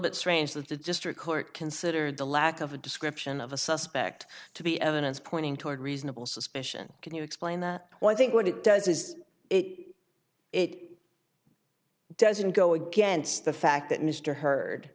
bit strange that the district court considered the lack of a description of a suspect to be evidence pointing toward reasonable suspicion can you explain the one think what it does is it it doesn't go against the fact that mr h